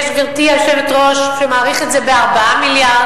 יש, גברתי היושבת-ראש, שמעריך את זה ב-4 מיליארד.